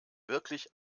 wirklich